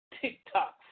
TikTok